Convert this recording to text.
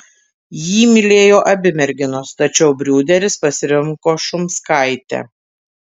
jį mylėjo abi merginos tačiau briūderis pasirinko šumskaitę